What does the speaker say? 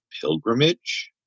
pilgrimage